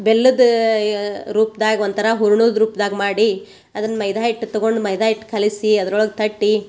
ಬೆಲ್ಲದ ರೂಪ್ದಾಗ ಒಂಥರ ಹೂರ್ಣದ ರೂಪ್ದಾಗ ಮಾಡಿ ಅದನ್ನ ಮೈದ ಹಿಟ್ಟು ತಗೊಂಡು ಮೈದಾ ಹಿಟ್ಟು ಕಲಿಸಿ ಅದ್ರೊಳಗೆ ತಟ್ಟಿ